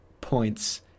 points